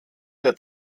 der